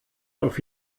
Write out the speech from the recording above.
auf